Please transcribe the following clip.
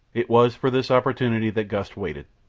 it was for this opportunity that gust waited.